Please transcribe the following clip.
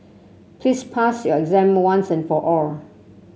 please pass your exam once and for all